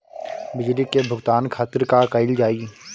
बिजली के भुगतान खातिर का कइल जाइ?